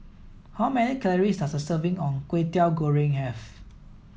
how many calories does a serving of Kwetiau Goreng have